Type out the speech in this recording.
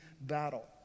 battle